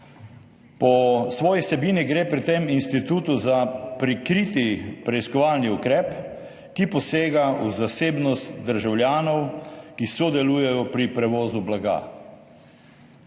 Po svoji vsebini gre pri tem institutu za prikriti preiskovalni ukrep, ki posega v zasebnost državljanov, ki sodelujejo pri prevozu blaga.